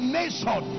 nation